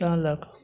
तेॅं लए कऽ